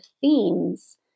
themes